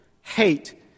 hate